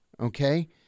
Okay